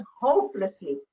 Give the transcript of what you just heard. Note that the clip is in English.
hopelessly